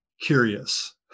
curious